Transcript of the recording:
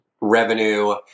revenue